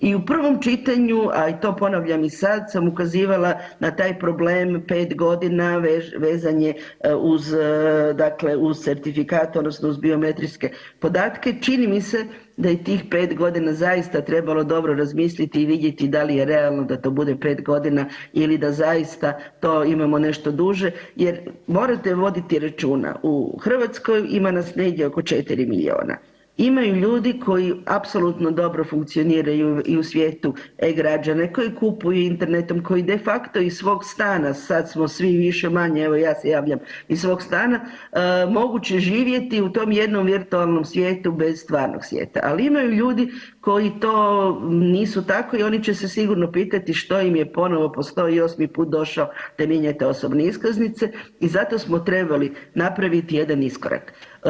I u prvom čitanju, a i to ponavljam i sad, sam ukazivala na taj problem 5.g. vezanje uz, dakle uz certifikat odnosno uz biometrijske podatke čini mi se da je tih 5.g. zaista trebalo dobro razmisliti i vidjeti dal je realno da to bude 5.g. ili da zaista to imamo nešto duže jer morate voditi računa u Hrvatskoj ima nas negdje oko 4 milijona, ima i ljudi koji apsolutno dobro funkcioniraju i u svijetu e-građane, koji kupuju internetom, koji de facto iz svog stana, sad smo svi više-manje, evo ja se javljam iz svog stana, moguće živjeti u tom jednom virtualno svijetu bez stvarnog svijeta, al ima i ljudi koji to nisu tako i oni će se sigurno pitati što im je ponovo po 108. put došao da mijenjate osobne iskaznice i zato smo trebali napraviti jedan iskorak.